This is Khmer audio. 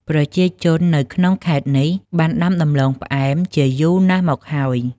ប្រជាជននៅក្នុងខេត្តនេះបានដាំដំឡូងផ្អែមជាយូរណាស់មកហើយ។